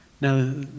now